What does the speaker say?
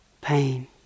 pain